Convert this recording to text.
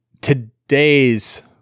today's